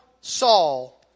Saul